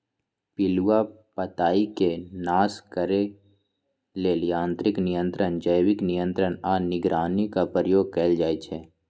पिलुआ पताईके नाश करे लेल यांत्रिक नियंत्रण, जैविक नियंत्रण आऽ निगरानी के प्रयोग कएल जाइ छइ